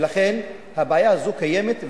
ולכן הבעיה הזאת קיימת,